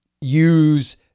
use